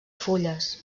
fulles